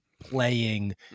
playing